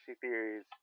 theories